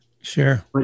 sure